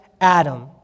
Adam